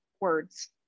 words